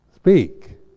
speak